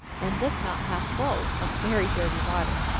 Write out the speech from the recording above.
and this not half full, of very dirty water.